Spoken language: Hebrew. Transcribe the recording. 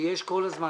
שיש כל הזמן,